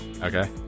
Okay